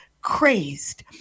crazed